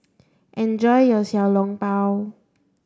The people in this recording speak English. enjoy your Xiao Long Bao